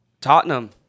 Tottenham